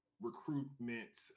recruitment